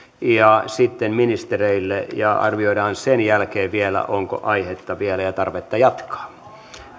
ja sitten ministereille ja arvioidaan sen jälkeen onko aihetta ja tarvetta vielä jatkaa